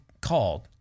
called